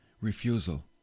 Refusal